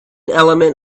element